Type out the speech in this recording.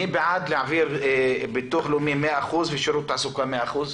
מי בעד להעביר את הביטוח הלאומי ל-100% ושירות התעסוקה ל-100%?